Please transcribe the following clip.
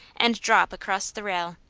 and drop across the rail,